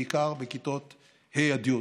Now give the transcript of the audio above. בעיקר בכיתות ה' עד י'.